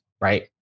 right